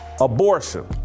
Abortion